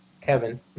Kevin